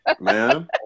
man